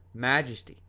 majesty,